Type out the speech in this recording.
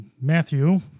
Matthew